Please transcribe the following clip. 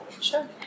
sure